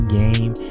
game